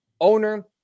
Owner